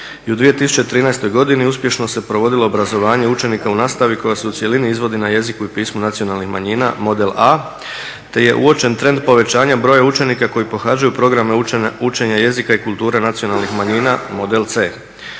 u 2013. godini uspješno se provodilo obrazovanje učenika u nastavi koje se u cjelini izvodi na jeziku i pismu nacionalnih manjina model A, te je uočen trend povećanja broja učenika koji pohađaju programe učenja jezika i kulture nacionalnih manjina model C.